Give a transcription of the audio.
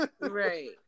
Right